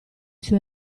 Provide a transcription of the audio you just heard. sue